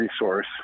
resource